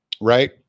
right